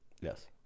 Yes